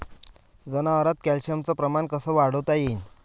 जनावरात कॅल्शियमचं प्रमान कस वाढवता येईन?